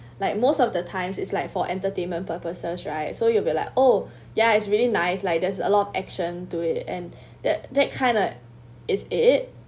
like most of the times is like for entertainment purposes right so you will be like oh ya it's really nice like there's a lot of action to it and that that kinda is it